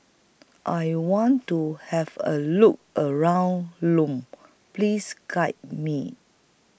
I want to Have A Look around Lome Please Guide Me